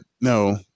no